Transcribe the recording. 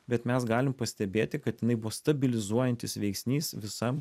bet mes galim pastebėti kad jinai buvo stabilizuojantis veiksnys visam